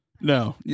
No